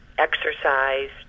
exercise